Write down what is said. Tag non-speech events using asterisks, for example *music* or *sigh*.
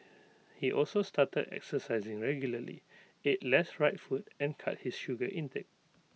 *noise* he also started exercising regularly ate less fried food and cut his sugar intake